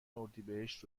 اردیبهشت